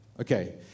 Okay